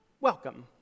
welcome